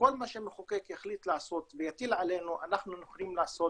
כל מה שהמחוקק יחליט לעשות ויטיל עלינו אנחנו יכולים לעשות,